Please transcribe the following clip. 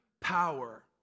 power